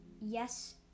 yes